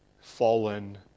fallen